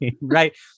Right